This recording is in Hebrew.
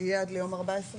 יהיה עד ליום 14.11,